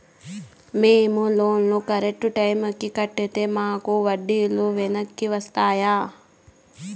మేము loan correct టైముకి కట్టితే మాకు వడ్డీ లు వెనక్కి వస్తాయా?